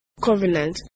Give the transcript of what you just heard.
covenant